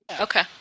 Okay